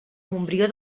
montbrió